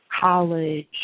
college